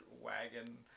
wagon